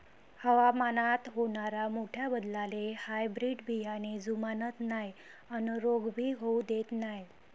हवामानात होनाऱ्या मोठ्या बदलाले हायब्रीड बियाने जुमानत नाय अन रोग भी होऊ देत नाय